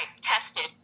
tested